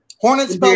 Hornets